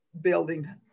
building